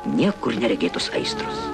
niekur neregėtos aistros